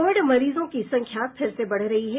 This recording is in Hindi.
कोविड मरीजों की संख्या फिर से बढ़ रही है